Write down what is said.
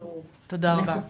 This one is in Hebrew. תודה רבה.